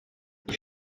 iyi